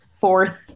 fourth